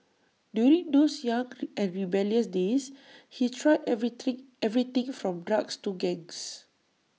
during those young and rebellious days he tried everything everything from drugs to gangs